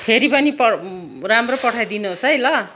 फेरि पनि राम्रो पठाइदिनुहोस् है ल